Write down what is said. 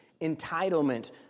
entitlement